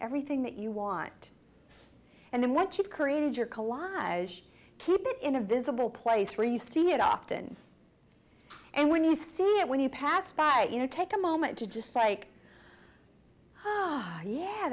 everything that you want and then what you've created your collage keep it in a visible place where you see it often and when you see it when you pass by you know take a moment to just take yeah